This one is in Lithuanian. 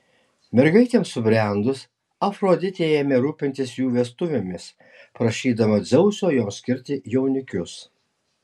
mergaitėms subrendus afroditė ėmė rūpintis jų vestuvėmis prašydama dzeuso joms skirti jaunikius